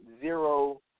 zero